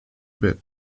bit